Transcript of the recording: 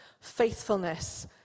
faithfulness